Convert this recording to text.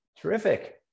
Terrific